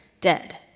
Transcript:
dead